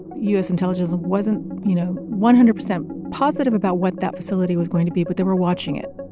u s. intelligence wasn't, you know, one hundred percent positive about what that facility was going to be, but they were watching it